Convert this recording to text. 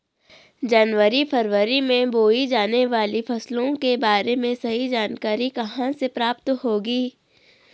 जनवरी फरवरी में बोई जाने वाली फसलों के बारे में सही जानकारी कहाँ से प्राप्त होगी?